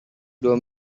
dua